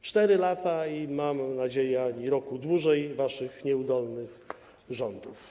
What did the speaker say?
4 lata i mam nadzieję ani roku dłużej waszych nieudolnych rządów.